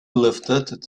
lifted